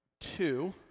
Two